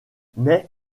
mais